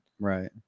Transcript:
right